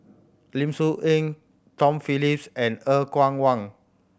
Lim Soo Ngee Tom Phillips and Er Kwong Wah